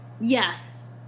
Yes